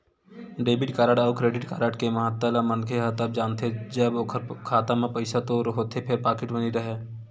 debit card अउ credit card के महत्ता ल मनखे ह तब जादा जानथे जब ओखर खाता म तो पइसा होथे फेर पाकिट म नइ राहय